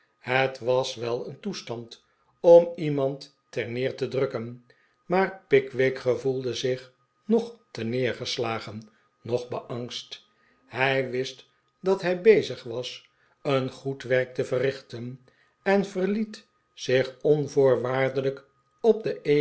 het was wel een toestand om ieniand ter neer te drukken maar pickwick gevoelde zich noch terneergeslagen noch beangst hij wist dat hij bezig was een goed werk'te verrichten en verliet zich onvoorwaardelijk op den